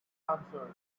answered